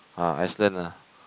ah Iceland ah